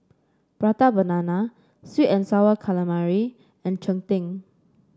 Prata Banana sweet and sour calamari and Cheng Tng